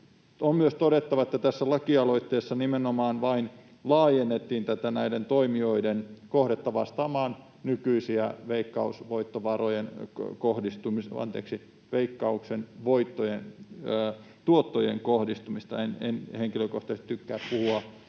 On myös todettava, että tässä lakialoitteessa nimenomaan vain laajennettiin tätä näiden toimijoiden kohdetta vastaamaan nykyistä Veikkauksen tuottojen kohdistumista. En henkilökohtaisesti tykkää puhua